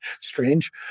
Strange